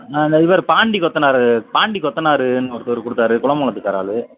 ஆ இந்த இவர் பாண்டி கொத்தனார் பாண்டி கொத்தனாருன்னு ஒருத்தர் கொடுத்தாரு குலமங்களத்துகார ஆள்